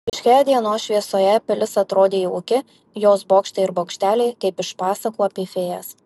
ryškioje dienos šviesoje pilis atrodė jauki jos bokštai ir bokšteliai kaip iš pasakų apie fėjas